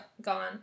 gone